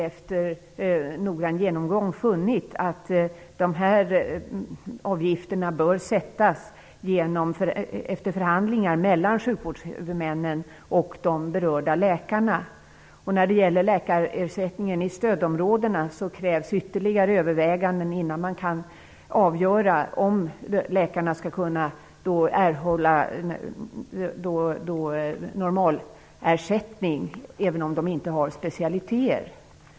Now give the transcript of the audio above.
Efter noggrann genomgång har vi funnit att nivån på dessa avgifter bör sättas efter förhandlingar mellan sjukvårdshuvudmännen och de berörda läkarna. När det gäller läkarersättningen i stödområdena krävs ytterligare överväganden innan man kan avgöra om läkarna skall kunna erhålla normalersättning även om de inte har några specialiteter.